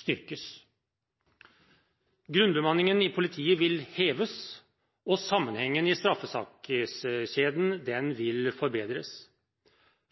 styrkes, grunnbemanningen i politiet vil heves, og sammenhengen i straffesakskjeden vil forbedres.